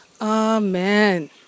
Amen